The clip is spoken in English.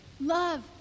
love